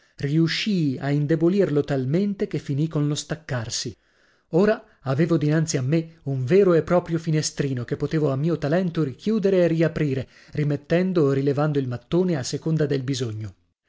riuscii a indebolirlo talmente che finì con lo staccarsi ora avevo dinanzi a me un vero e proprio finestrino che potevo a mio talento richiudere e riaprire rimettendo o rilevando il mattone a seconda del bisogno